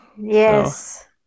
Yes